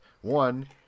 one